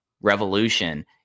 Revolution